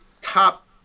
top